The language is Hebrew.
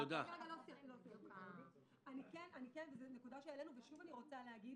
זו נקודה שהעלינו, ושוב אני רוצה להגיד